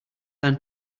than